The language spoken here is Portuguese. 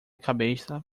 cabeça